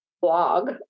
blog